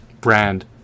brand